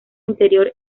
interior